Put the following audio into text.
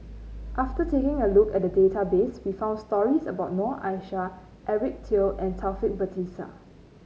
after taking a look at the database we found stories about Noor Aishah Eric Teo and Taufik Batisah